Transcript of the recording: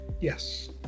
Yes